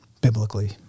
biblically